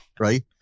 Right